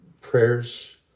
prayers